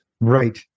Right